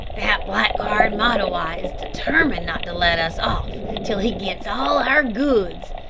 that blackguard mahtawa is determined not to let us off till he gits all our goods,